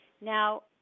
now